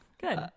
good